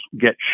get